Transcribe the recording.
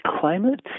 climate